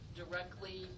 directly